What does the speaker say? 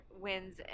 wins